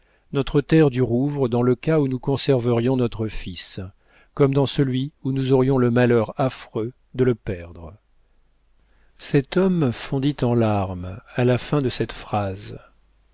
notre terre du rouvre dans le cas où nous conserverions notre fils comme dans celui où nous aurions le malheur affreux de le perdre cet homme fondit en larmes à la fin de cette phrase